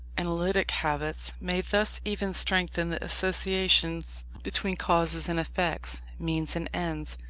analytic habits may thus even strengthen the associations between causes and effects, means and ends,